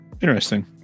Interesting